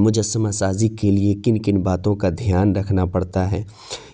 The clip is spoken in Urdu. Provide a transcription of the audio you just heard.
مجسمہ سازی کے لیے کن کن باتوں کا دھیان رکھنا پڑتا ہے